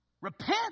repent